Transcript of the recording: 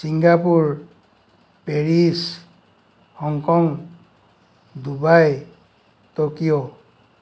Singapore Paris Hong Kong Dubai Tokyo